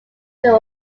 their